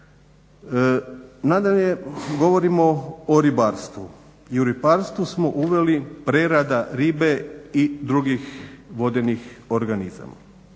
Nadalje, govorimo o ribarstvu. I u ribarstvu smo uveli prerada ribe i drugih vodenih organizama.